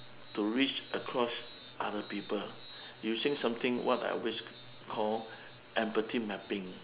to reach across other people using something what I always call empathy mapping